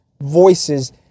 voices